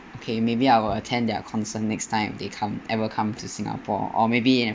okay maybe I will attend their concert next time they come ever come to singapore or maybe in